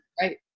Right